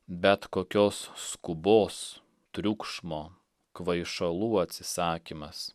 bet kokios skubos triukšmo kvaišalų atsisakymas